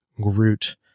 Groot